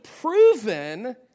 proven